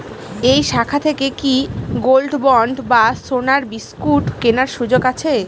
এই শাখা থেকে কি গোল্ডবন্ড বা সোনার বিসকুট কেনার সুযোগ আছে?